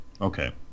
Okay